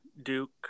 Duke